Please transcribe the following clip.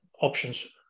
options